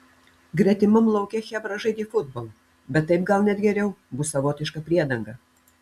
gretimam lauke chebra žaidė futbolą bet taip gal net geriau bus savotiška priedanga